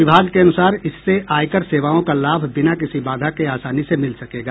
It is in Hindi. विभाग के अनुसार इससे आयकर सेवाओं का लाभ बिना किसी बाधा के आसानी से मिल सकेगा